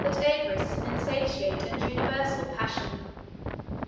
but avarice is an insatiate and universal passion